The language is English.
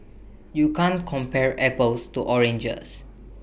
you can't compare apples to oranges